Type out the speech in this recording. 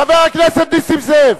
חבר הכנסת נסים זאב.